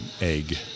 egg